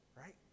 right